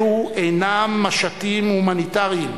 אלו אינם משטים הומניטריים